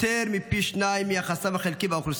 יותר מפי שניים מיחסה החלקי באוכלוסייה.